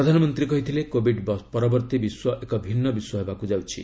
ପ୍ରଧାନମନ୍ତ୍ରୀ କହିଥିଲେ କୋବିଡ୍ ପରବର୍ତ୍ତୀ ବିଶ୍ୱ ଏକ ଭିନ୍ନ ବିଶ୍ୱ ହେବାକୁ ଯାଉଛି